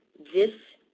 this